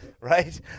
right